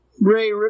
Ray